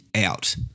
out